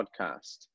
Podcast